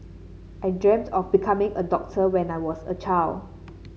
I dreamt of becoming a doctor when I was a child